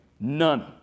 None